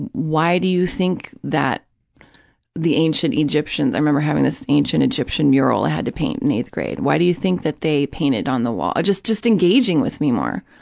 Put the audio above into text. and why do you think that the ancient egyptians, i remember having this ancient egyptian mural i had to paint in eighth grade, why do you think that they painted on the wall, just just engaging with me more.